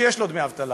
שיש לו דמי אבטלה,